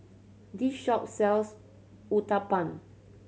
this shop sells Uthapam